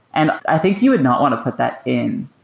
and i think you would not want to put that in.